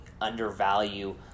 undervalue